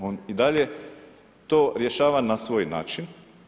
On i dalje to rješava na svoj način.